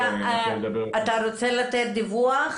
אתה רוצה לתת דיווח?